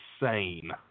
insane